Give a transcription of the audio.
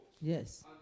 Yes